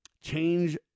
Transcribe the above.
change